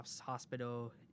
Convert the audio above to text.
hospital